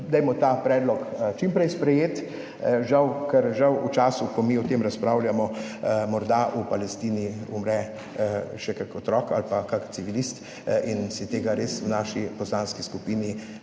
Dajmo ta predlog čim prej sprejeti. Žal v času, ko mi o tem razpravljamo, morda v Palestini umre še kak otrok ali pa kak civilist, tega in v naši poslanski skupini